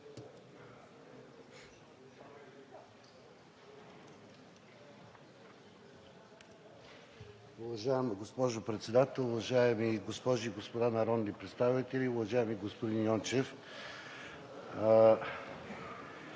Уважаема госпожо Председател, уважаеми госпожи и господа народни представители! Уважаема госпожо